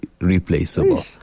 replaceable